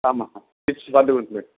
ஆமாம் டிப்ஸ் பார்த்துக் கொடுத்துருங்க